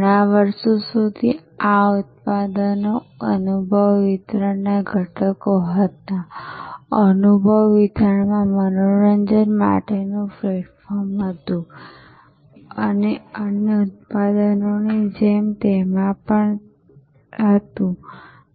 ઘણા વર્ષો સુધી આ ઉત્પાદનો અનુભવ વિતરણના ઘટકો હતા અનુભવ વિતરણમાં મનોરંજન માટેનું પ્લેટફોર્મ હતું અને અન્ય ઉત્પાદનોની જેમ તેમાં પણ એ હતું